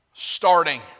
Starting